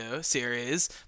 series